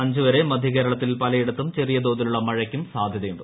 അഞ്ച് വരെ മധ്യകേരളത്തിൽ പ്ട്ലയിടത്തും ചെറിയ തോതിലുള്ള മഴയ്ക്കും സാധ്യതയുണ്ട്